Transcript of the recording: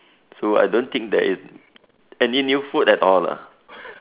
so I don't think there is any new food at all lah